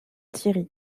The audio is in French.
thierry